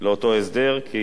לאותו הסדר, כי